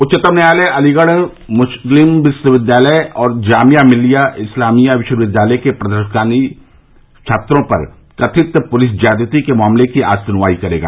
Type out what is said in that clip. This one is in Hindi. उच्चतम न्यायालय अलीगढ़ मुस्लिम विश्वविद्यालय और जामिया मिल्लिया इस्लामिया विश्वविद्यालय के प्रदर्शनकारी छात्रों पर कथित पुलिस ज्यादती के मामले की आज सुनवाई करेगा